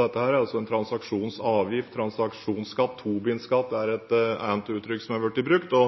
dette – transaksjonsavgift, transaksjonsskatt. Tobin-skatt er et annet uttrykk som har blitt brukt.